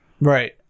Right